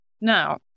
Now